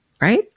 right